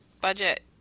budget